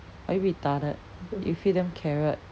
are you retarded you feed them carrot